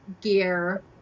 gear